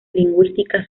lingüística